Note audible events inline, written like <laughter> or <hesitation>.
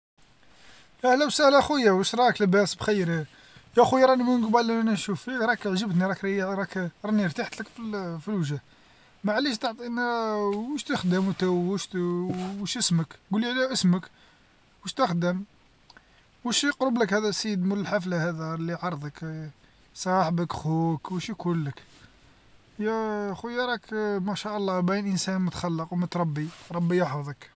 أهلا وسهلا خويا واش راك لاباس بخير؟ يا خويا راني من قبيل وأنا نشوف فيه راك عجبني راك راك راني رتحت لك فل- في لوجه، ماعليش تعطينا وش تخدم أنت واش <hesitation> اسمك؟ قلي على اسمك، وش تخدم؟ واش يقربلك هذا السيد مول الحفلة هذا لي عرضك <hesitation> صاحبك خوك واش يكولك؟ يا خويا <hesitation> راك ما شاء الله باين إنسان متخلق ومتربي ربي يحفظك.